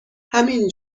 همین